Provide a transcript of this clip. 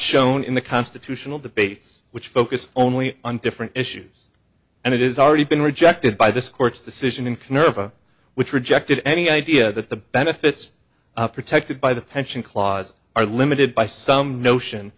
shown in the constitutional debates which focus only on different issues and it is already been rejected by this court's decision in conserve which rejected any idea that the benefits protected by the pension clause are limited by some notion